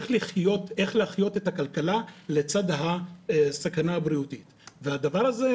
איך להחיות את הכלכלה לצד הסכנה הבריאותית והדבר הזה,